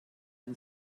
den